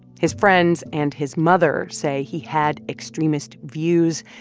his friends and his mother say he had extremist views,